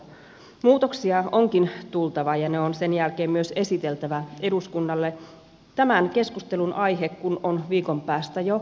muutoksia onkin tultava ja ne on sen jälkeen myös esiteltävä eduskunnalle tämän keskustelun aihe kun on viikon päästä jo vanhentunut